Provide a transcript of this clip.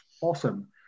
awesome